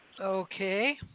Okay